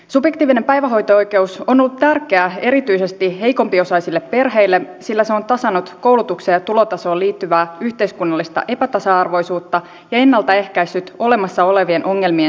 subjektiivinen päivähoito oikeus on ollut tärkeä erityisesti heikompiosaisille perheille sillä se on tasannut koulutukseen ja tulotasoon liittyvää yhteiskunnallista epätasa arvoisuutta ja ennaltaehkäissyt olemassa olevien ongelmien syvenemistä